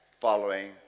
following